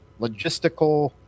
logistical